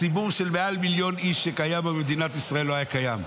הציבור של מעל מיליון איש שקיים במדינת ישראל לא היה קיים,